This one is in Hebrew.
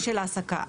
אנחנו,